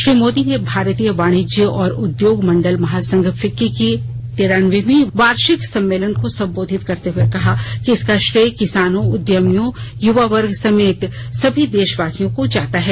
श्री मोदी भारतीय वाणिज्य और उद्योग मंडल महासंघ फिक्की की तिरानवीं वार्षिक आम बैठक और वार्षिक सम्मेलन को संबोधित करते हुए कहा कि इसका श्रेय किसानों उद्यमियों युवा वर्ग समेत सभी देशवासियों को जाता है